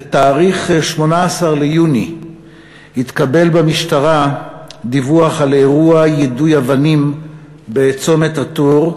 ב-18 ביוני התקבל במשטרה דיווח על אירוע יידוי אבנים בצומת א-טור,